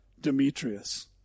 Demetrius